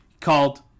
called